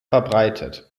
verbreitet